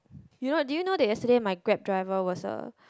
you know do you know that yesterday my Grab driver was a